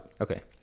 Okay